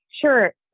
sure